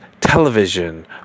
television